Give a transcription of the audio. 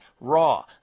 raw